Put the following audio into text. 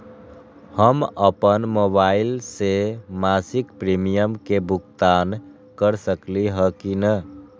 हम अपन मोबाइल से मासिक प्रीमियम के भुगतान कर सकली ह की न?